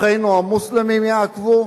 אחינו המוסלמים יעקבו?